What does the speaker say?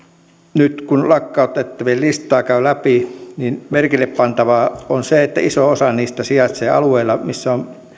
nyt kun lakkautettavien listaa käy läpi niin merkille pantavaa on se että iso osa niistä sijaitsee alueilla missä on